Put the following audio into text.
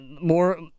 more